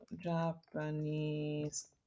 japanese